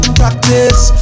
practice